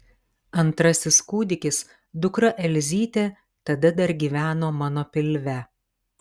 antrasis kūdikis dukra elzytė tada dar gyveno mano pilve